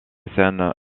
scène